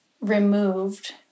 removed